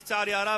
לצערי הרב,